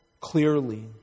clearly